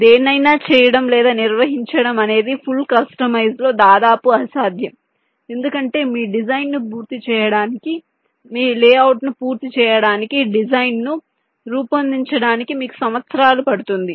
దేన్నైనా చేయడం లేదా నిర్వహించడం అనేది ఫుల్ కస్టమైజ్ లో దాదాపు అసాధ్యం ఎందుకంటే మీ డిజైన్ను పూర్తి చేయడానికి మీ లేఅవుట్ను పూర్తి చేయడానికి డిజైన్ను రూపొందించడానికి మీకు సంవత్సరాలు పడుతుంది